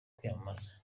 kwiyamamaza